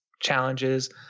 challenges